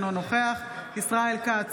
אינו נוכח ישראל כץ,